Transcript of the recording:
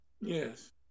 Yes